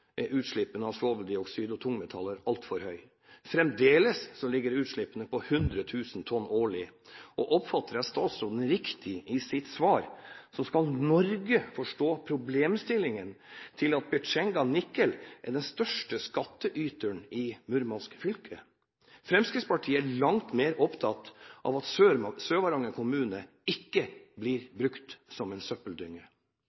er utslippene av svoveldioksid og tungmetaller altfor høyt, fremdeles ligger utslippene på 100 000 tonn årlig. Oppfatter jeg statsråden riktig i sitt svar, skal Norge forstå problemstillingen med at Petsjenganikel er den største skattyteren i Murmansk fylke. Fremskrittspartiet er langt mer opptatt av at Sør-Varanger kommune ikke